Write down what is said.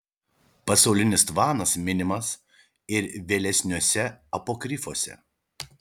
pasaulinis tvanas minimas ir vėlesniuose apokrifuose